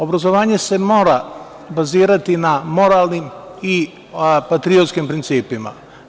Obrazovanje se mora bazirati na moralnim i patriotskim principima.